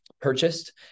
Purchased